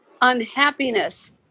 unhappiness